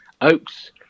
Oaks